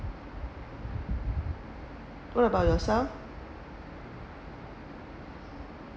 what about yourself